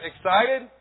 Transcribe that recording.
excited